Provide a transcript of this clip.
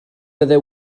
fyddai